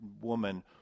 woman